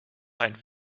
ein